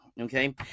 okay